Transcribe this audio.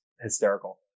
hysterical